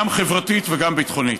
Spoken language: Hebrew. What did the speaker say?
גם חברתית וגם ביטחונית.